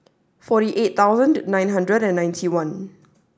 forty eight thousand nine hundred and ninety one